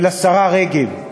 של השרה רגב: